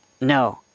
No